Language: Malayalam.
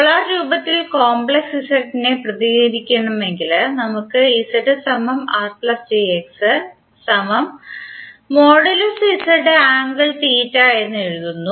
പോളാർ രൂപത്തിൽ കോംപ്ലക്സ് Z നെ പ്രതിനിധീകരിക്കണമെങ്കിൽ നമ്മൾ എന്ന് എഴുതുന്നു